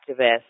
activists